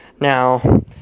Now